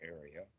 area